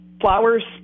flowers